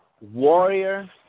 warrior